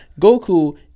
Goku